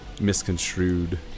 misconstrued